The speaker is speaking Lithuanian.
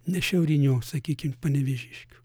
ne šiaurinių sakykim panevėžiškių